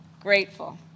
grateful